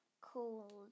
called